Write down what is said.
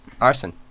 arson